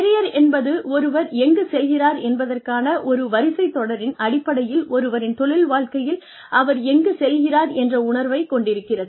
career என்பது ஒருவர் எங்கு செல்கிறார் என்பதற்கான ஒரு வரிசை தொடரின் அடிப்படையில் ஒருவரின் தொழில் வாழ்க்கையில் அவர் எங்கு செல்கிறார் என்ற உணர்வைக் கொண்டிருக்கிறது